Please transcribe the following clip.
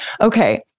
Okay